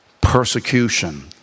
persecution